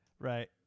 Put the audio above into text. right